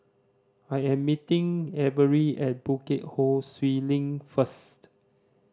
I am meeting Avery at Bukit Ho Swee Link first